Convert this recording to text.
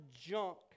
junk